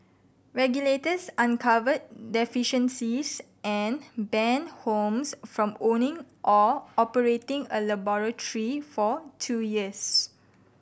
regulators uncovered deficiencies and banned Holmes from owning or operating a laboratory for two years